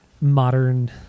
modern